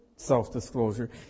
self-disclosure